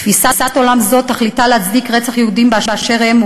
תפיסת עולם זו תכליתה להצדיק רצח יהודים באשר הם,